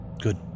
Good